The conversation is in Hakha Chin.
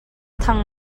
thang